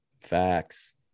Facts